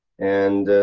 and,